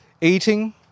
Eating